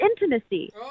intimacy